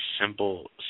simple